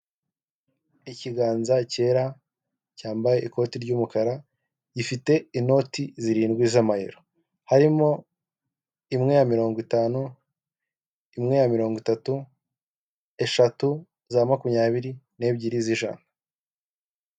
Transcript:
Ikiganza kera cyambaye ikoti ry'umukara gifite inoti zirindwi z'amayero, harimo imwe ya mirongo itanu imwe ya mirongo itatu, eshatu za makumyabiri n'ebyiri z'ijana.